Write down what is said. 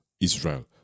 Israel